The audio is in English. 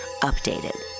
Updated